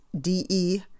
D-E